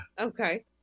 okay